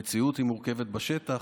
המציאות היא מורכבת בשטח,